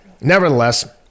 Nevertheless